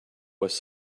was